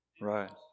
Right